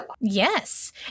Yes